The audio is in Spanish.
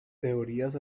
teorías